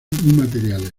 materiales